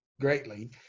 greatly